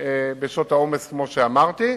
בשעות העומס, כמו שאמרתי.